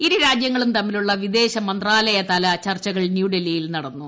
ഇരുരാജ്യങ്ങളും തമ്മിലുള്ള വിദേശ മന്ത്രാലയതല ചർച്ചകൾ ന്യൂഡൽഹിയിൽ നടന്നു